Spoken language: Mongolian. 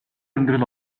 амьдрал